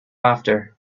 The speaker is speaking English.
after